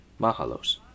Mahalos